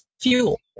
fuel